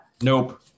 Nope